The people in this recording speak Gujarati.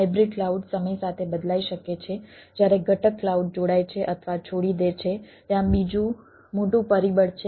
હાઇબ્રિડ કલાઉડ સમય સાથે બદલાઈ શકે છે જ્યારે ઘટક કલાઉડ જોડાય છે અથવા છોડી દે છે ત્યાં બીજું મોટું પરિબળ છે